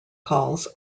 calls